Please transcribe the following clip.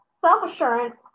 self-assurance